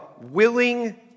willing